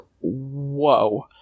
Whoa